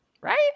right